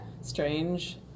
strange